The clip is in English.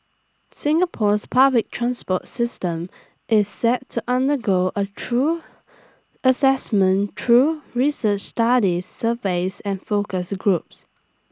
Singapore's public transport system is set to undergo A thorough Assessment through research studies surveys and focus groups